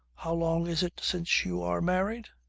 how long is it since you are married?